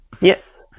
yes